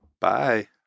Bye